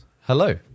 Hello